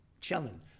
chilling